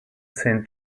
saint